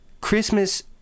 Christmas